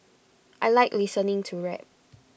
I Like listening to rap